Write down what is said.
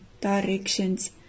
directions